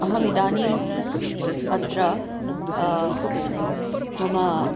अहमिदानीम् अत्र मम